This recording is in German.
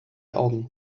augen